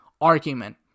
argument